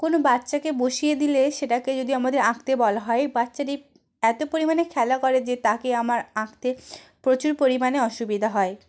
কোনো বাচ্চাকে বসিয়ে দিলে সেটাকে যদি আমাদের আঁকতে বলা হয় বাচ্চাটি এত পরিমাণে খেলা করে যে তাকে আমার আঁকতে প্রচুর পরিমাণে অসুবিধা হয়